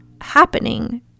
happening